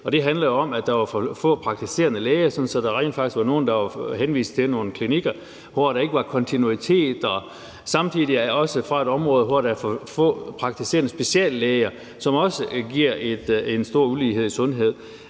Det handlede jo om, at der var for få praktiserende læger, så der var rent faktisk nogle, der var henvist til nogle klinikker, hvor der ikke var kontinuitet. Samtidig er jeg også fra et område, hvor der er for få praktiserende speciallæger, hvilket også giver en stor ulighed i sundhed.